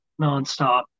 nonstop